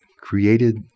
created